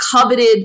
coveted